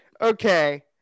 Okay